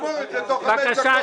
נגמור את זה תוך חמש דקות.